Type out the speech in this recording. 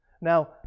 Now